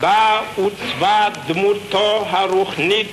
בה עוצבה דמותו הרוחנית,